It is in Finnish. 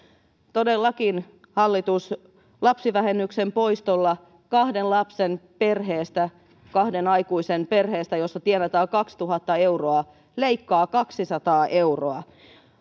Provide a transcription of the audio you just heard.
todellakin hallitus lapsivähennyksen poistolla kahden lapsen ja kahden aikuisen perheeltä jossa tienataan kaksituhatta euroa leikkaa kaksisataa euroa